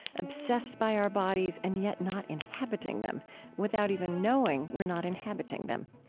obsessed by our bodies and yet not inhabiting them without even knowing we're not inhabiting them.